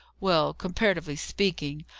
well, comparatively speaking.